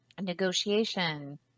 negotiation